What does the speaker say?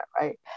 right